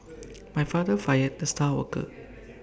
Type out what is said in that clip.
my father fired the star worker